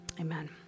amen